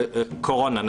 בקורונה אם,